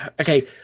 okay